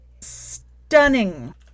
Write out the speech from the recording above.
stunning